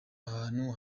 ahantu